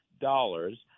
dollars